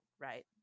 right